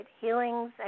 healings